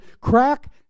crack